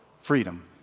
freedom